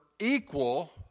equal